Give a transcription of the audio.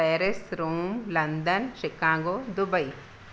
Paris Rome London Chicago Dubai